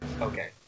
Okay